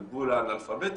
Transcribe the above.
על גבול האנאלפביות,